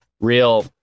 real